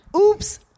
oops